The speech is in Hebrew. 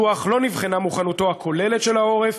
בדוח לא נבחנה מוכנותו הכוללת של העורף